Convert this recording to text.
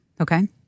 Okay